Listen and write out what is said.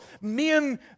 Men